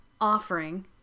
offering